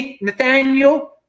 Nathaniel